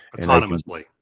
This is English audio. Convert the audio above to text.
autonomously